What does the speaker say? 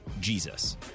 Jesus